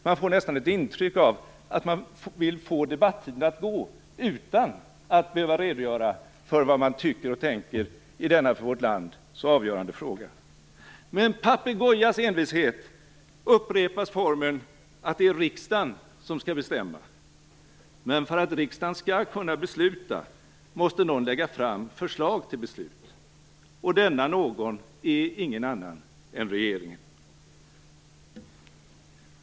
Jag får nästan ett intryck av att man vill få debattiden att gå utan att behöva redogöra för vad man tycker och tänker i denna för vårt land så avgörande fråga. Med en papegojas envishet upprepas formeln att det är riksdagen som skall bestämma. Men för att riksdagen skall kunna besluta måste någon lägga fram förslag till beslut. Och denna någon är ingen annan än regeringen.